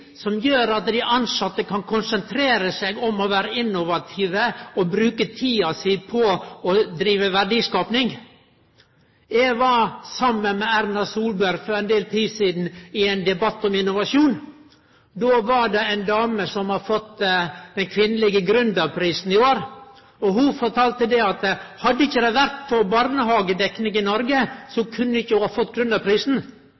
som gjer at dei tilsette kan konsentrere seg om å vere innovative og bruke tida si på å drive verdiskaping. Eg var saman med Erna Solberg for ei tid sidan i ein debatt om innovasjon. Der var det ei dame som hadde fått den kvinnelege gründerprisen i år. Ho fortalde at hadde det ikkje vore for barnehagedekninga i Noreg,